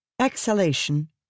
exhalation